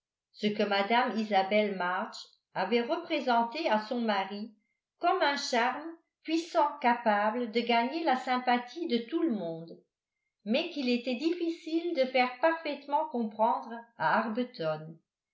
ce que mme isabel march avait représenté à son mari comme un charme puissant capable de gagner la sympathie de tout le monde mais qu'il était difficile de faire parfaitement comprendre à